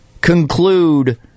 conclude